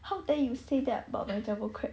how dare you say that about the jumbo crab